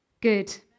good